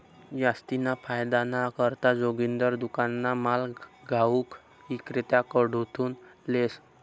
जास्तीना फायदाना करता जोगिंदर दुकानना माल घाऊक इक्रेताकडथून लेस